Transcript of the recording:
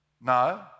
No